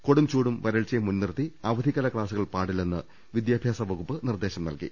കൊടുംചൂടും വരൾച്ചയും മുൻനിർത്തി അവധിക്കാല ക്ലാസുകൾ പാടില്ലെന്ന് വിദ്യാഭ്യാസ വകുപ്പ് നിർദ്ദേശം നൽകി